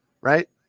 right